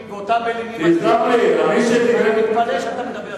פיגועים במדינתנו, אני מתפלא שאתה מדבר ככה.